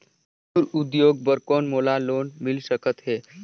कुटीर उद्योग बर कौन मोला लोन मिल सकत हे?